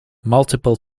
multiple